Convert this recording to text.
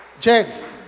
James